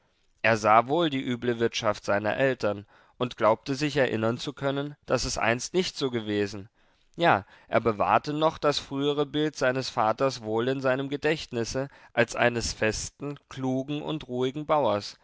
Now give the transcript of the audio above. er sah wohl die üble wirtschaft seiner eltern und glaubte sich erinnern zu können daß es einst nicht so gewesen ja er bewahrte noch das frühere bild seines vaters wohl in seinem gedächtnisse als eines festen klugen und ruhigen bauers